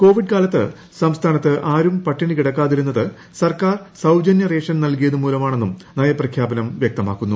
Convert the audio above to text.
Covid കാലത്ത് സംസ്ഥാനത്ത് ആരും പട്ടിണികിടക്കാതിരുന്നത് സർക്കാർ സൌജന്യറേഷൻ നൽകിയതു മൂലമാണെന്നും നയ പ്രഖ്യാപനം വൃക്തമാക്കുന്നു